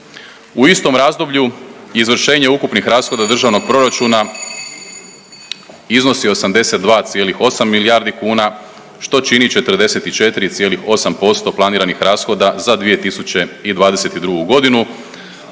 U istom razdoblju izvršenje ukupnih rashoda državnog proračuna iznosi 82,8 milijardi kuna što čini 44,8% planiranih rashoda za 2022. godinu